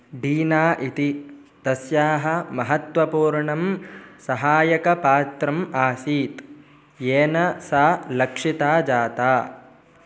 डीना इति तस्याः महत्त्वपूर्णं सहायकपात्रम् आसीत् येन सा लक्षिता जाता